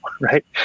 right